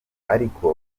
ariko